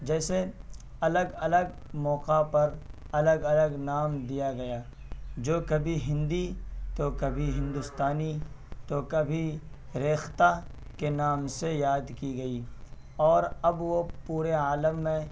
جسے الگ الگ موقع پر الگ الگ نام دیا گیا جو کبھی ہندی تو کبھی ہندوستانی تو کبھی ریختہ کے نام سے یاد کی گئی اور اب وہ پورے عالم میں